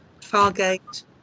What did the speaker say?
Fargate